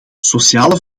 sociale